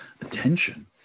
attention